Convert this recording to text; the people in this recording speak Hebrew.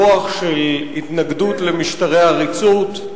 רוח של התנגדות למשטרי עריצות,